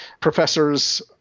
professors